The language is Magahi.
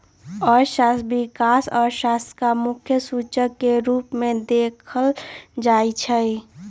आर्थिक विकास अर्थव्यवस्था के मुख्य सूचक के रूप में देखल जाइ छइ